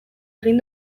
egin